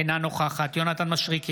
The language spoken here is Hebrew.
אינה נוכחת יונתן מישרקי,